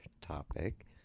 topic